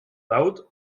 laut